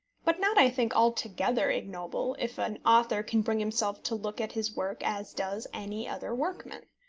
but not, i think, altogether ignoble, if an author can bring himself to look at his work as does any other workman.